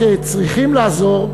צריכים לעזור,